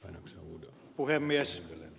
arvoisa puhemies